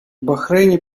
бахрейне